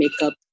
makeup